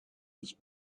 his